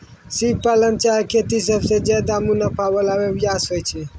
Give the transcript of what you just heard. सिप पालन चाहे खेती सबसें ज्यादे मुनाफा वला व्यवसाय होय छै